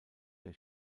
der